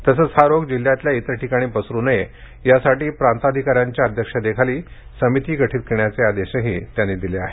तसेच हा रोग जिल्ह्यातील इतर ठिकाणी पसरु नये यासाठी प्रांताधिकाऱ्यांच्या अध्यक्षतेखाली समिती गठीत करण्याचे आदेश दिले आहेत